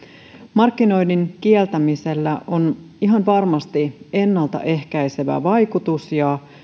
markkinoinnin kieltämisellä on ihan varmasti ennalta ehkäisevä vaikutus ja